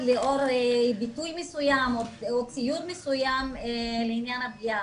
לאור ביטוי מסוים או ציור מסוים לעניין הפגיעה.